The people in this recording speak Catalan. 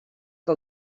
que